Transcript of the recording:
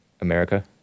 America